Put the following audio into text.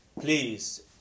please